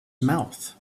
mouth